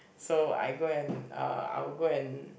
so I go and uh I will go and